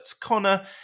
Connor